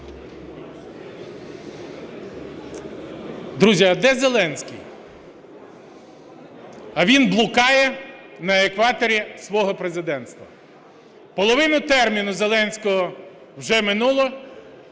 Друзі, а де Зеленський? А він блукає на екваторі свого президентства. Половина терміну Зеленського вже минуло,